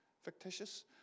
fictitious